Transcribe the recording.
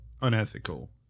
unethical